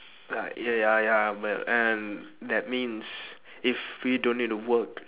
ah ya ya ya but and that means if we don't need to work